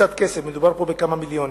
בקצת כסף, מדובר פה בכמה מיליונים.